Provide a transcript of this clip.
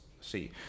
see